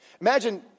Imagine